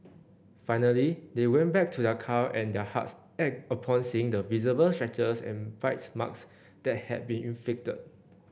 finally they went back to their car and their hearts ached upon seeing the visible scratches and bite marks that had been inflicted